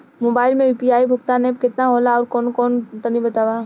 Mobile म UPI भुगतान app केतना होला आउरकौन कौन तनि बतावा?